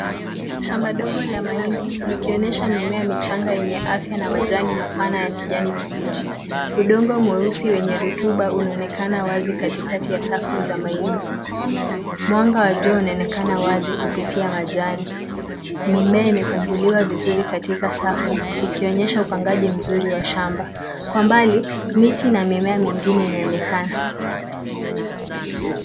Shamba dogo la mahindi likionyesha mimea michanga yenye afya na majani mapana ya kijani kibichi. Udongo mweusi wenye rutuba unaonekana wazi katikati ya safu za mahindi. Mwanga wa jua unaonekana wazi kupitia majani. Mimea imepangiliwa vizuri katika safu ikionyesha upangaji mzuri wa shamba. Kwa mbali miti na mimea mingine inaonekana.